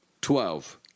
twelve